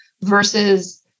versus